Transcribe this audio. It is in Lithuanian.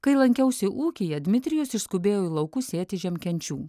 kai lankiausi ūkyje dmitrijus išskubėjo į laukus sėti žiemkenčių